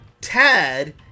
Tad